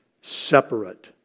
separate